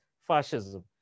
fascism